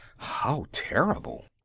how terrible!